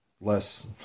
less